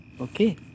Okay